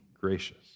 gracious